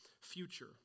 future